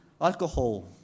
alcohol